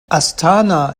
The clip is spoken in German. astana